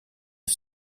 aux